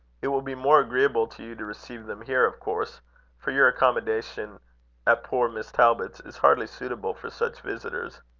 it will be more agreeable to you to receive them here, of course for your accommodation at poor miss talbot's is hardly suitable for such visitors.